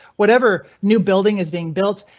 whatever new building is being built.